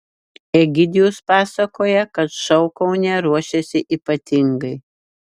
egidijus pasakoja kad šou kaune ruošiasi ypatingai